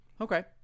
Okay